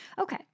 Okay